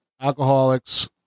alcoholics